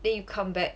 then you come back